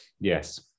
yes